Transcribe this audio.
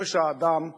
כבוד האדם וחירותו.